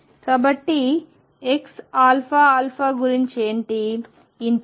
కాబట్టి xαα గురించి ఏమిటి